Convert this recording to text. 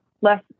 less